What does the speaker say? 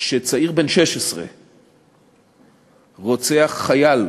כשצעיר בן 16 רוצח חייל,